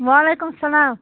وعلیکُم سلام